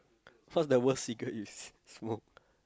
what's the worst cigarette you smoke